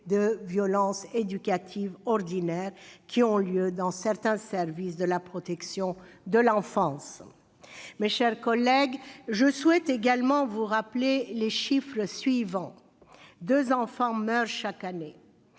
des violences éducatives ordinaires qui ont cours dans certains services de la protection de l'enfance ? Mes chers collègues, je souhaite vous rappeler les chiffres suivants : deux enfants meurent chaque semaine